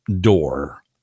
door